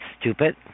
stupid